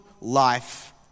life